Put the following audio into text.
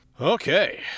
Okay